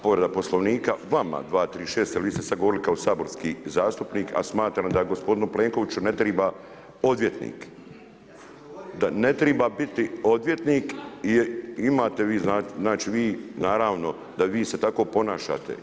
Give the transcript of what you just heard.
Povreda Poslovnika vama 236. jer vi ste sad govorili kao saborski zastupnik, a smatram da gospodinu Plenkoviću ne triba odvjetnik, da ne triba biti odvjetnik jer imate vi, znači vi naravno da vi se tako ponašate.